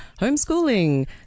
homeschooling